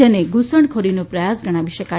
જને ઘુસણખોરીનો પ્રયાસ ન ગણાવી શકાય